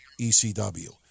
ECW